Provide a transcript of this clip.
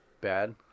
bad